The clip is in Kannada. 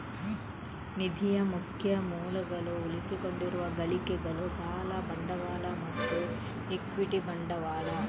ನಿಧಿಯ ಮುಖ್ಯ ಮೂಲಗಳು ಉಳಿಸಿಕೊಂಡಿರುವ ಗಳಿಕೆಗಳು, ಸಾಲ ಬಂಡವಾಳ ಮತ್ತು ಇಕ್ವಿಟಿ ಬಂಡವಾಳ